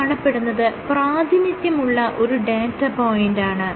ഈ കാണപ്പെടുന്നത് പ്രാതിനിത്യമുള്ള ഒരു ഡാറ്റാ പോയിന്റാണ്